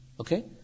Okay